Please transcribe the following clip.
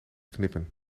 knippen